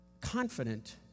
confident